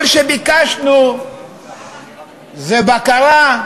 כל שביקשנו זה בקרה,